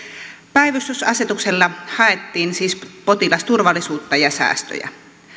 päivystysasetuksella haettiin siis potilasturvallisuutta ja säästöjä